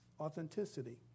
authenticity